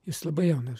jis labai jaunas